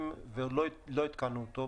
ולא עדכנו אותו.